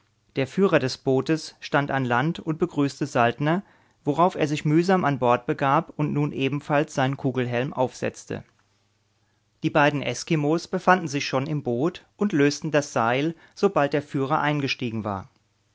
der führer des bootes stand am land und begrüßte saltner worauf er sich mühsam an bord begab und nun ebenfalls seinen kugelhelm aufsetzte die beiden eskimos befanden sich schon im boot und lösten das seil sobald der führer eingestiegen war